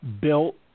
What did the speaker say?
built